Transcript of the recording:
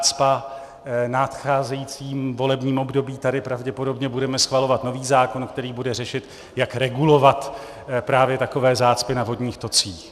V nadcházejícím volebním období tady pravděpodobně budeme schvalovat nový zákon, který bude řešit, jak regulovat právě takové zácpy na vodních tocích.